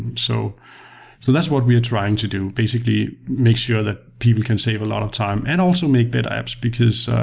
and so so that's what we are trying to do. basically, make sure that people can save a lot of time and also make better apps. i